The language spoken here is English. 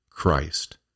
Christ